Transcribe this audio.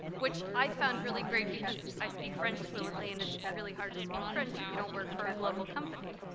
which i found really great because i speak french fluently and it's really hard to speak french if you don't work for a global company.